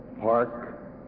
Park